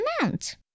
amount